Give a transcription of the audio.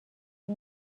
پول